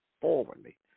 forwardly